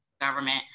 government